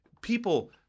people